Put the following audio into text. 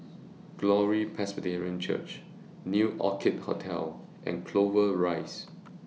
Glory Presbyterian Church New Orchid Hotel and Clover Rise